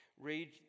read